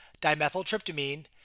dimethyltryptamine